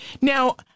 Now